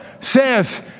says